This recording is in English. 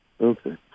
Okay